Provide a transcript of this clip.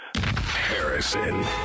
Harrison